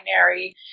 binary